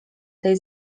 tej